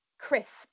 crisp